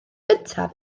gyntaf